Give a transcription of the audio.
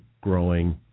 growing